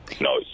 No